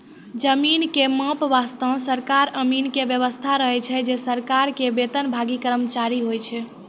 जमीन के माप वास्तॅ सरकारी अमीन के व्यवस्था रहै छै जे सरकार के वेतनभागी कर्मचारी होय छै